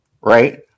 right